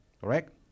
correct